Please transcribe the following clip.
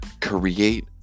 Create